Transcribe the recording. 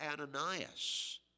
Ananias